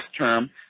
term